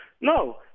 No